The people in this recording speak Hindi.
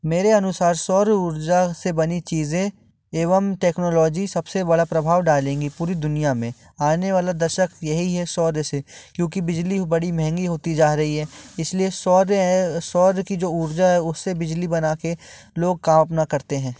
मेरे अनुसार सौर ऊर्जा से बनी चीज़ें एवं टेक्नोलॉजी सबसे बड़ा प्रभाव डालेंगी पूरी दुनिया में आने वाला दशक यही है सौर से क्योंकि बिजली बड़ी महंगी होती जा रही है इसलिए सौर जो है सौर की जो ऊर्जा है उससे बिजली बना कर लोग काम अपना करते हैं